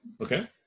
okay